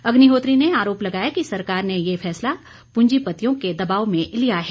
अग्निहोत्री ने आरोप लगाया कि सरकार ने ये फैसला पूंजीपतियों के दबाव में लिया है